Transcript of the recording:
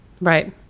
right